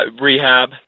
rehab